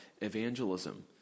evangelism